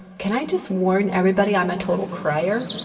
can i just warn everybody, i'm a total crier?